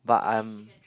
but I'm